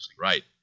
Right